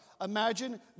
Imagine